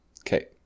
Okay